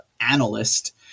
analyst